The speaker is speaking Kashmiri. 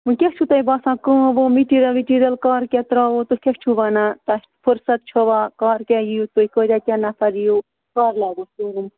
وۅنۍ کیٛاہ چھُ تۄہہِ باسان کٲم وٲم مِٹیٖریَل وِٹیٖریَل کَر کیٛاہ ترٛاوو تُہۍ کیٛاہ چھُو وَنان تۄہہِ فُرصت چھَوا کَر کیٛاہ یِیِو تُہۍ کٲتیٛاہ کیٛاہ نَفَر یِیِو کَر لاگہوس کٲم